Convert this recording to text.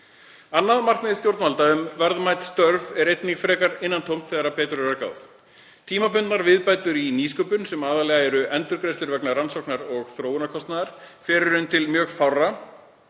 Annað markmið stjórnvalda um verðmæt störf er einnig frekar innantómt þegar betur er að gáð. Tímabundnar viðbætur í nýsköpun, sem eru aðallega endurgreiðslur vegna rannsóknar- og þróunarkostnaðar, fara í raun til mjög fárra,